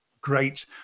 great